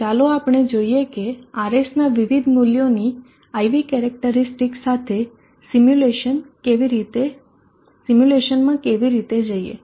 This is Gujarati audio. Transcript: તો ચાલો આપણે જોઈએ કે RS ના વિવિધ મૂલ્યોની IV કેરેક્ટરીસ્ટિક સાથે સિમ્યુલેશનમાં કેવી રીતે જઈએ